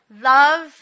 love